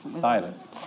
silence